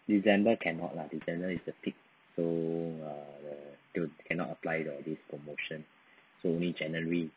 december cannot lah december is the peak so uh the you cannot apply the this promotion so only january